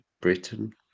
Britain